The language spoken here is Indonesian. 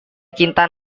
cinta